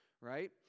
right